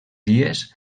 dies